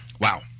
Wow